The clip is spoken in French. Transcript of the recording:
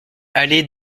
allée